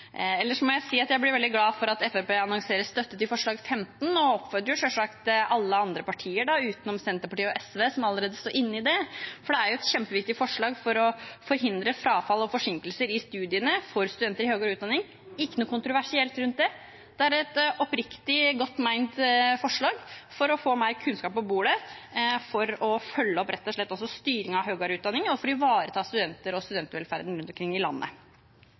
må jeg si at jeg blir veldig glad for at Fremskrittspartiet annonserer støtte til forslag nr. 15, og oppfordrer selvsagt alle andre partier til å støtte forslaget, utenom Senterpartiet og SV, som allerede står inne i det, for det er jo et kjempeviktig forslag for å forhindre frafall og forsinkelser i studiene for studenter i høyere utdanning. Det er ikke noe kontroversielt rundt det. Det er et oppriktig godt ment forslag for å få mer kunnskap på bordet, og også for rett og slett å følge opp styringen av høyere utdanning og for å ivareta studenter og studentvelferden rundt omkring i landet.